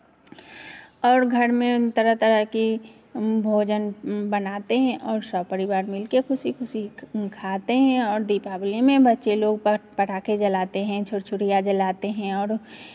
और घर में तरह तरह की भोजन बनाते हैं और सपरिवार मिल के खुशी खुशी खाते हैं और दीपावली में बच्चे लोग पटाखे जलाते हैं छुरछुरियां जलाते हैं और